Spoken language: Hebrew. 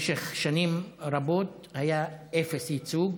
משך שנים רבות היה אפס ייצוג,